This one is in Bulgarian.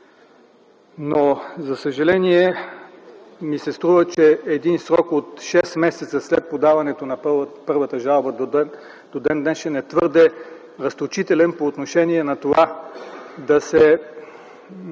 Но, за съжаление, струва ми се, че един срок от шест месеца след подаването на първата жалба до ден-днешен е твърде разточителен по отношение на това да се